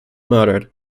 murdered